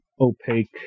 opaque